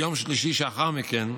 ביום שלישי שלאחר מכן,